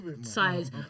size